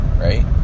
right